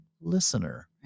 listener